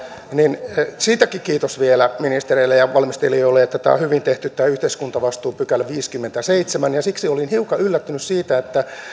niin siitäkin kiitos vielä ministereille ja valmistelijoille että tämä on hyvin tehty tämä yhteiskuntavastuupykälä viisikymmentäseitsemän siksi olin hiukan yllättynyt että